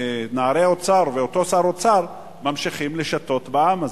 נערי אוצר ואותו שר אוצר ממשיכים לשטות בעם הזה.